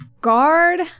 guard